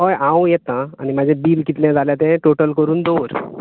होय हांव येता आनी म्हाजें बील कितलें जालें तें टोटल करून दोवर